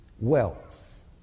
wealth